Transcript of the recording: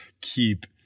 keep